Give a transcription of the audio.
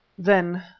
then,